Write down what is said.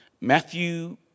Matthew